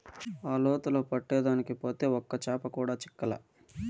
ఆ లోతులో పట్టేదానికి పోతే ఒక్క చేప కూడా చిక్కలా